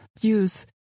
use